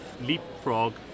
leapfrog